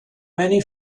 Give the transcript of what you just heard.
many